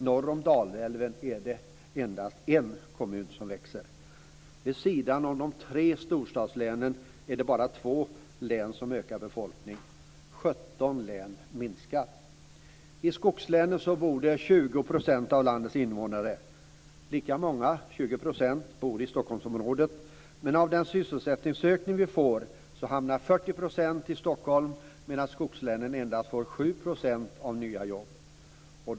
Norr om Dalälven är det endast en kommun som växer. Vid sidan av de tre storstadslänen är det bara två län som ökar i befolkning medan befolkningen minskar i 17 län. I skogslänen bor 20 % av landets invånare. Lika stor andel - 20 %- bor i Stockholmsområdet, men av den sysselsättningsökning som nu sker hamnar 40 % i Stockholm medan skogslänen endast får 7 % av de nya jobben.